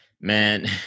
man